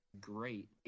great